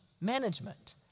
management